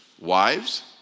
Wives